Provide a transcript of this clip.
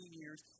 years